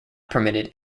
permitted